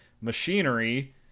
machinery